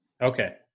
Okay